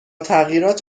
تغییرات